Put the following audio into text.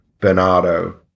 Bernardo